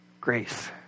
grace